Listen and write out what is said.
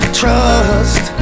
trust